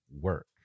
work